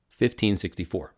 1564